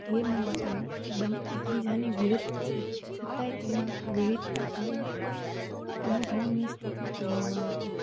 ગીરનું વાતાવરણ એ બંને એક બીજાની વિરુદ્ધ છે છતાંય તેમાં વિવિધતા અને અનુભવોની સ્થિતિ જોવા મળે છે